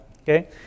okay